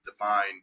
define